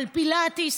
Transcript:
על פילאטיס,